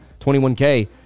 21K